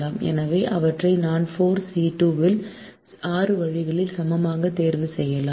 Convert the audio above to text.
எனவே அவற்றை நான் 4C2 இல் 6 வழிகளில் சமமாக தேர்வு செய்யலாம்